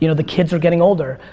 you know the kids are getting older.